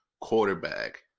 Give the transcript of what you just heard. quarterback